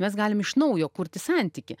mes galim iš naujo kurti santykį